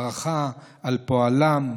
הערכה, על פועלם,